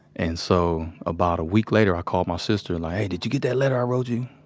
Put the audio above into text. and, so, about a week later, i called my sister, like, hey, did you get that letter i wrote you?